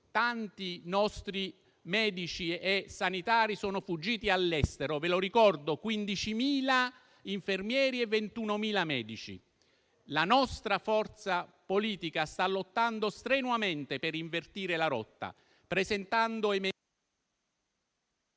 tanti nostri medici e sanitari sono fuggiti all'estero. Ve lo ricordo: si tratta di 15.000 infermieri e 21.000 medici. La nostra forza politica sta lottando strenuamente per invertire la rotta, presentando...